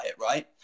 right